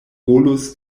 volus